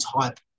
type